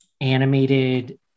animated